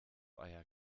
eier